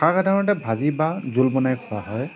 শাক সাধাৰণতে ভাজি বা জোল বনাই খোৱা হয়